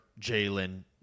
Jalen